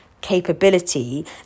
capability